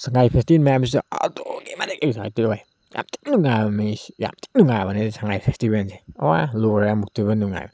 ꯁꯉꯥꯏ festival ꯃꯌꯥꯝꯁꯤꯁꯨ ꯑꯗꯨꯛꯀꯤ ꯃꯇꯤꯛ ꯑꯦꯛꯁꯥꯏꯇꯦꯠ ꯑꯣꯏ ꯌꯥꯝ ꯊꯤꯅ ꯅꯨꯡꯉꯥꯏꯕꯅꯤ ꯁꯤ ꯌꯥꯝ ꯊꯤꯅ ꯅꯨꯡꯉꯥꯏꯕꯅꯤ ꯁꯉꯥꯏ ꯐꯦꯁꯇꯤꯕꯦꯜꯁꯦ ꯑꯣ ꯂꯣꯏꯔꯦ ꯑꯃꯨꯛꯇꯣꯏꯕ ꯅꯨꯡꯉꯥꯏꯕ